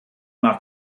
nach